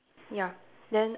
ya then